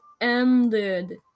ended